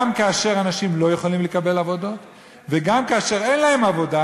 גם כאשר אנשים לא יכולים לקבל עבודות וגם כאשר אין להם עבודה,